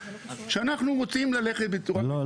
שאנחנו רוצים ללכת בצורה --- לא,